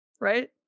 Right